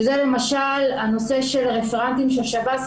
שזה למשל נושא של הרפרנטים של שב"ס,